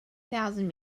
thousand